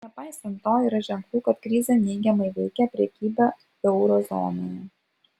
nepaisant to yra ženklų kad krizė neigiamai veikia prekybą euro zonoje